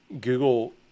Google